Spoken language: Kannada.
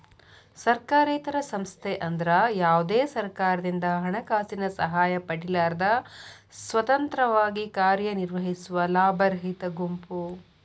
ಸರ್ಕಾರೇತರ ಸಂಸ್ಥೆ ಅಂದ್ರ ಯಾವ್ದೇ ಸರ್ಕಾರದಿಂದ ಹಣಕಾಸಿನ ಸಹಾಯ ಪಡಿಲಾರ್ದ ಸ್ವತಂತ್ರವಾಗಿ ಕಾರ್ಯನಿರ್ವಹಿಸುವ ಲಾಭರಹಿತ ಗುಂಪು